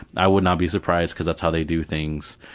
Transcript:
i would not be surprised, because that's how they do things.